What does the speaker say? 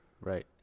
Right